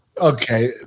okay